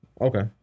Okay